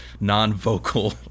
non-vocal